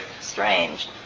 strange